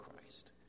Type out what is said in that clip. Christ